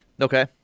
Okay